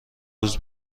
روز